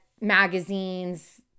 magazines